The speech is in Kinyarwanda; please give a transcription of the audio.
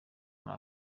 muri